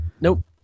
nope